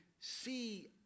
see